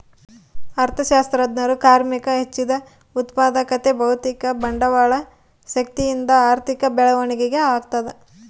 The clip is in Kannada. ಅರ್ಥಶಾಸ್ತ್ರಜ್ಞರು ಕಾರ್ಮಿಕರ ಹೆಚ್ಚಿದ ಉತ್ಪಾದಕತೆ ಭೌತಿಕ ಬಂಡವಾಳ ಶಕ್ತಿಯಿಂದ ಆರ್ಥಿಕ ಬೆಳವಣಿಗೆ ಆಗ್ತದ